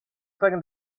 second